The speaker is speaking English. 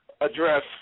address